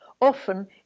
Often